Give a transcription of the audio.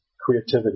creativity